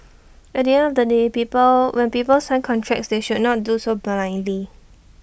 at the end of the day people when people sign contracts they should not do so blindly